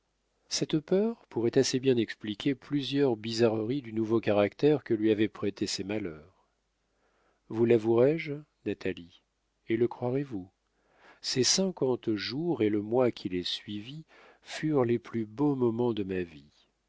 cette peur pourrait assez bien expliquer plusieurs bizarreries du nouveau caractère que lui avaient prêté ses malheurs vous l'avouerai-je natalie et le croirez-vous ces cinquante jours et le mois qui les suivit furent les plus beaux moments de ma vie